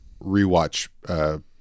rewatch